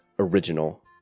original